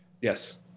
Yes